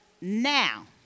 now